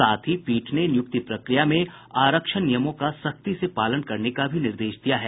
साथ ही पीठ ने नियुक्ति प्रक्रिया में आरक्षण नियमों का सख्ती से पालन करने का भी निर्देश दिया है